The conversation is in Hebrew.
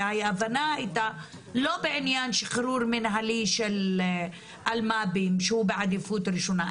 וההבנה הייתה לא בעניין השחרור המינהלי של אלמ"בים שהוא בעדיפות ראשונה,